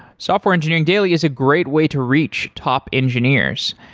software engineering daily is a great way to reach top engineers.